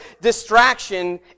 distraction